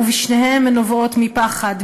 ובשניהם הן נובעות מפחד,